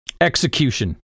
Execution